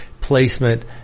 placement